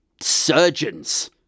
surgeons